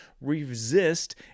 resist